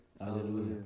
hallelujah